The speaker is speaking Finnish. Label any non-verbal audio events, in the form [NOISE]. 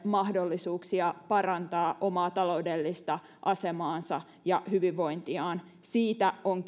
mahdollisuuksia parantaa omaa taloudellista asemaansa ja hyvinvointiaan siitä on [UNINTELLIGIBLE]